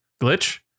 glitch